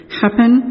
happen